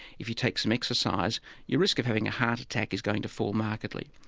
if you take some exercise your risk of having a heart attack is going to fall markedly.